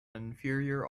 inferior